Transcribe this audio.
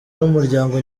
n’umuryango